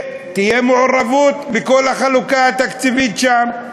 ותהיה מעורבות בכל החלוקה התקציבית שם.